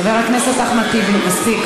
חבר הכנסת אחמד טיבי, מספיק.